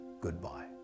goodbye